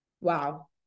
Wow